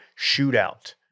Shootout